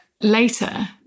later